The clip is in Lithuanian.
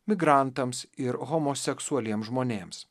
migrantams ir homoseksualiems žmonėms